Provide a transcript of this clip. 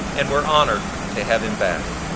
and we are honored to have him back.